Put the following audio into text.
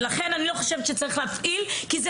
לכן אני לא חושבת שצריך לקנוס כי זה